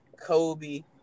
Kobe